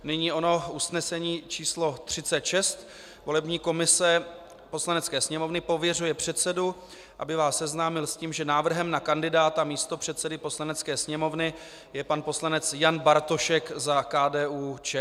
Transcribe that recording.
Nyní ono usnesení číslo 36: Volební komise Poslanecké sněmovny pověřuje předsedu, aby vás seznámil s tím, že návrhem na kandidáta místopředsedy Poslanecké sněmovny je pan poslanec Jan Bartošek za KDUČSL.